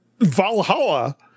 Valhalla